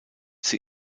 sie